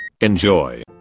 Enjoy